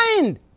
mind